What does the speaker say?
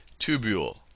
tubule